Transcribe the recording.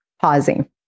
Pausing